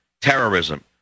terrorism